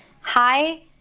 hi